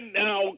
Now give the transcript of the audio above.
now